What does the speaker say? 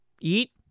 eat